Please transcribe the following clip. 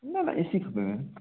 न ईअं न